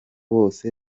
bose